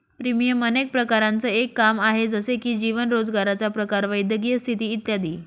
premium अनेक प्रकारांचं एक काम आहे, जसे की जीवन, रोजगाराचा प्रकार, वैद्यकीय स्थिती इत्यादी